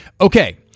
Okay